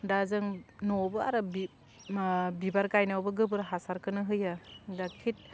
दा जों न'वावबो आरो बि मा बिबार गायनायावबो गोबोर हासारखौनो होयो दा